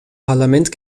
parlament